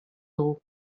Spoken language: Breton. dro